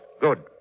Good